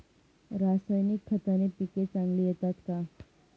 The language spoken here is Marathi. रासायनिक खताने पिके चांगली येतात का?